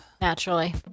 Naturally